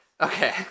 okay